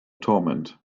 torment